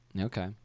Okay